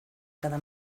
cada